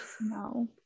No